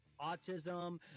autism